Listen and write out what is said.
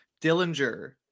Dillinger